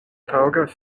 taŭgas